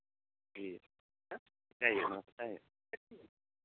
ᱴᱷᱤᱠ ᱜᱮᱭᱟ